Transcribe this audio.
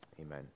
amen